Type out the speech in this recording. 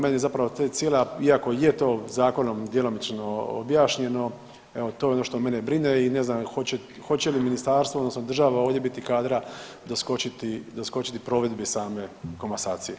Meni je zapravo ta cijela iako je to zakonom djelomično objašnjeno evo to je ono što mene brine i ne znam hoće li ministarstvo odnosno država ovdje biti kadra doskočiti provedbi same komasacije.